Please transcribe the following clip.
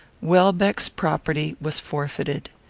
welbeck's property was forfeited.